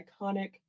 iconic